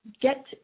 get